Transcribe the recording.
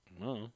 No